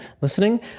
listening